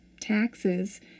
taxes